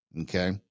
okay